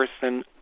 person